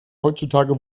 heutzutage